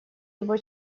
его